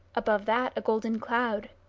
above that a golden cloud,